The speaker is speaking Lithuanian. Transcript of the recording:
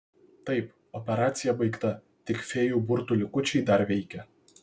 taip operacija baigta tik fėjų burtų likučiai dar veikia